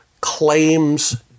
claims